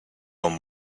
one